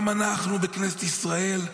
גם לנו, בכנסת ישראל,